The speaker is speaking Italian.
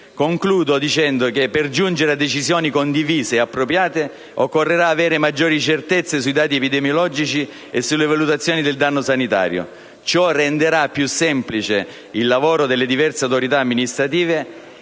Concludo sottolineando che per giungere a decisioni condivise e appropriate occorrerà avere maggiori certezze sui dati epidemiologici e sulle valutazioni del danno sanitario. Ciò renderà più semplice il lavoro delle diverse autorità amministrative